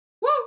Woo